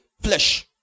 flesh